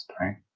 right